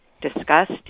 discussed